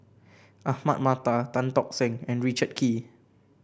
Ahmad Mattar Tan Tock Seng and Richard Kee